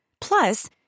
Plus